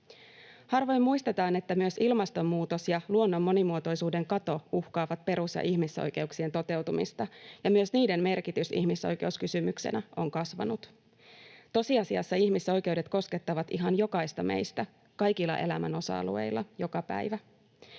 Harvoin muistetaan, että myös ilmastonmuutos ja luonnon monimuotoisuuden kato uhkaavat perus- ja ihmisoikeuksien toteutumista, ja myös niiden merkitys ihmisoikeuskysymyksenä on kasvanut. Tosiasiassa ihmisoikeudet koskettavat ihan jokaista meistä kaikilla elämän osa-alueilla joka päivä